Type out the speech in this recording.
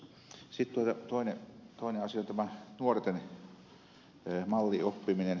sitten toinen asia tämä nuorten mallioppiminen